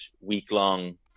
week-long